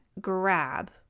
grab